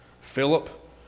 Philip